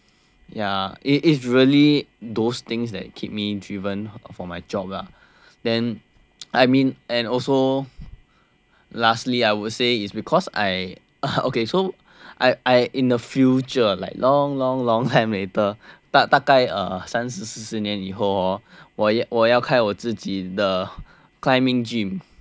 ya it is really those things that keep me driven for my job ah then I mean and also lastly I would say it's because I okay so I I in the future like long long long time later 大概 uh 三四十年以后哦我要我要开我自己的 climbing gym ya